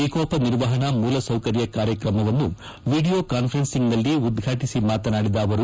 ವಿಕೋಪ ನಿರ್ವಹಣಾ ಮೂಲಸೌಕರ್ತ ಕಾರ್ಯಕ್ರಮವನ್ನು ವಿಡಿಯೋ ಕಾನ್ಫರ್ನ್ಸಂಗ್ನಲ್ಲಿ ಉದ್ಘಾಟಿಸಿ ಮಾತನಾಡಿದ ಅವರು